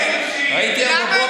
הייתי היום בבוקר,